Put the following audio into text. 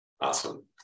awesome